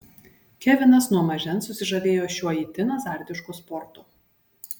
kevinas nuo mažens susižavėjo šiuo itin azartišku sportu